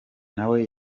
nawe